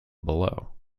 below